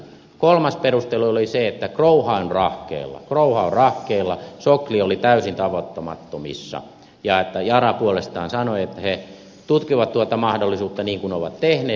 kolmas perustelu oli se että growhown rahkeilla sokli oli täysin tavoittamattomissa ja että yara puolestaan sanoi että he tutkivat tuota mahdollisuutta niin kuin ovat tehneet